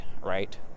right